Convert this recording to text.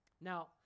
Now